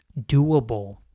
doable